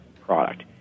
product